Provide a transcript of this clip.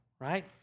right